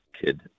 kid